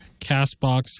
CastBox